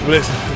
Listen